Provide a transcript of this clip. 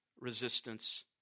resistance